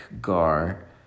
gar